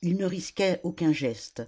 il ne risquait aucun geste